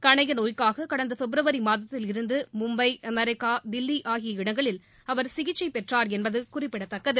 கணைய நோய்க்காக கடந்த பிப்ரவரி மாதத்தில் இருந்து மும்பை அமெரிக்கா தில்லி ஆகிய இடங்களில் அவர் சிகிச்சை பெற்றார் என்பது குறிப்பிடத்தக்கது